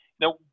Now